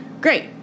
Great